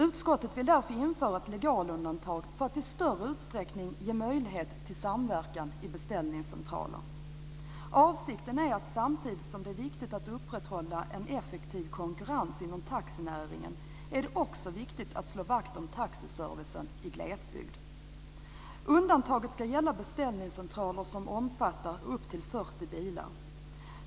Utskottet vill därför införa ett legalundantag för att i större utsträckning ge möjlighet till samverkan i beställningscentraler. Samtidigt som det är viktigt att upprätthålla en effektiv konkurrens inom taxinäringen är det angeläget att slå vakt om taxiservicen i glesbygd. Undantaget ska gälla beställningscentraler som omfattar upp till 40 bilar.